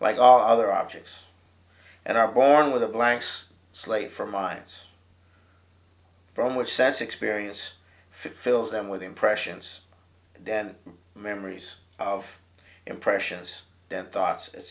like all other objects and are born with the blanks slate for minds from which says experience fills them with impressions and memories of impressions then thoughts et